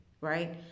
right